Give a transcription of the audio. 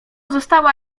została